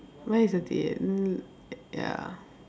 mine is forty eight mm ya